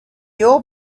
your